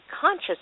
conscious